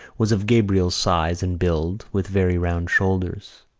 was of gabriel's size and build, with very round shoulders.